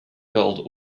gold